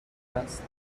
هست